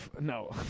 no